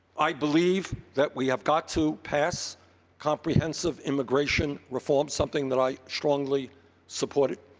i believe that we have got to pass comprehensive immigration reform, something that i strongly supported.